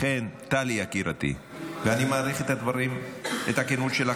לכן, טלי יקירתי, אני מעריך את הכנות שלך.